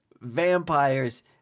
vampires